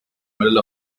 middle